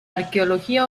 arqueología